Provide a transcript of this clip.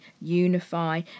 unify